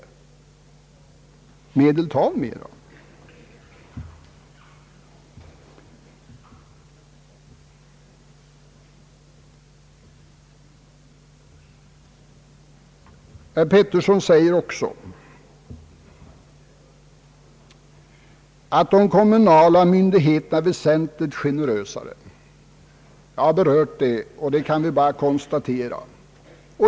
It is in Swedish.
Herr Georg Pettersson påstår också att de kommunala myndigheterna är väsentligt generösare. Jag har berört den frågan. Det kan vi bara konstatera.